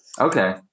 Okay